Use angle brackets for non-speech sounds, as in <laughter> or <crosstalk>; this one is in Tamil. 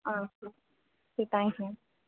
ஆ <unintelligible> சரி தேங்க்ஸுங்க